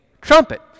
trumpet